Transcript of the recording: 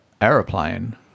aeroplane